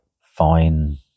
fine